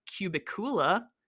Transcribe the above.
cubicula